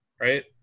Right